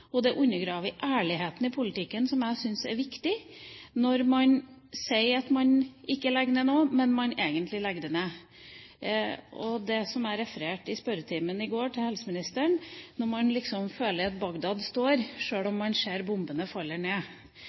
at det undergraver både politikernes posisjon og ærligheten i politikken, som jeg syns er viktig, når man sier at man ikke legger ned noe, men man legger det egentlig ned. Det blir som når man føler at Bagdad står, sjøl om man ser bombene